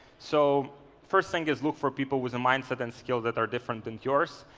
so first thing is look for people with a mindset and skill that are different than yours.